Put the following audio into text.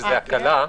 שזאת הקלה,